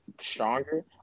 stronger